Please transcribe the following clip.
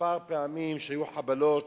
כמה פעמים היו חבלות,